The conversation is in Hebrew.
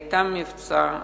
היה מבצע,